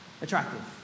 attractive